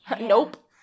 Nope